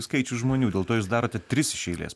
skaičius žmonių dėl to jūs darote tris iš eilės